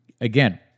Again